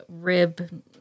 rib